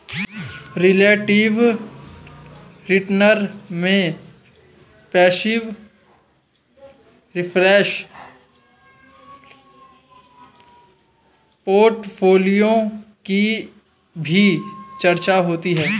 relative return में passive reference portfolio की भी चर्चा होती है